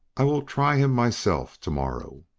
i will try him myself to-morrow.